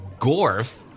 Gorf